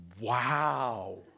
wow